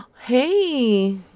Hey